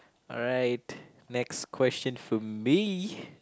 alright next question for me